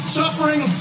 suffering